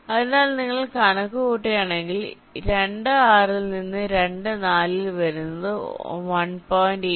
അതിനാൽ നിങ്ങൾ കണക്കുകൂട്ടുകയാണെങ്കിൽ 26 ൽ നിന്ന് 24 ൽ വരുന്നത് 1